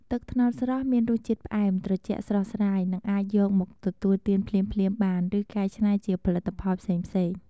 ទឹកត្នោតស្រស់មានរសជាតិផ្អែម ត្រជាក់ស្រស់ស្រាយ និងអាចយកមកទទួលទានភ្លាមៗបាន ឬកែច្នៃជាផលិតផលផ្សេងៗ។